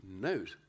note